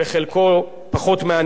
אבל כיוון שרוב הדוברים,